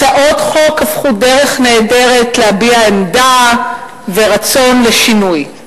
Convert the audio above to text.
הצעות חוק הפכו דרך נהדרת להביע עמדה ורצון לשינוי.